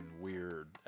weird